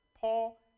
Paul